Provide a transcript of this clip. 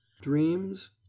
Dreams